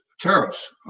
tariffs